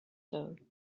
though